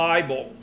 Bible